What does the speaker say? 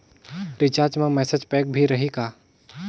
Recharge मा message pack भी रही का?